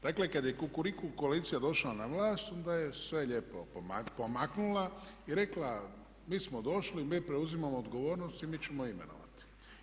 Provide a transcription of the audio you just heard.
Dakle kada je kukuriku koalicija došla na vlast, onda je sve lijepo pomaknula i rekla mi smo došli, mi preuzimamo odgovornost i mi ćemo imenovati.